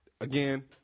Again